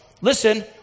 Listen